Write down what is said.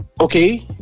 Okay